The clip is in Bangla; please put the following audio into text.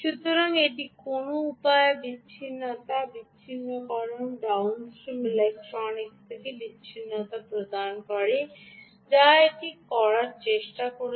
সুতরাং এটি কোনও উপায়ে বিচ্ছিন্নতা বিচ্ছিন্নকরণ ডাউন স্ট্রিম ইলেক্ট্রনিক্স থেকে বিচ্ছিন্নতা প্রদান করে যা এটি করার চেষ্টা করছে